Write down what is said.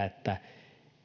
että